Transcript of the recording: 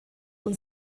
und